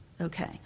Okay